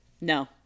No